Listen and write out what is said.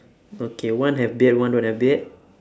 okay one have beard one don't have beard